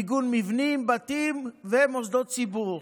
מיגון מבנים, בתים ומוסדות ציבור.